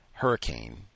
hurricane